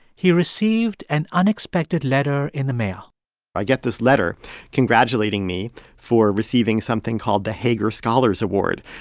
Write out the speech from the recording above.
he received an unexpected letter in the mail i get this letter congratulating me for receiving something called the hager scholars award.